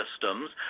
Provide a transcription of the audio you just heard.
systems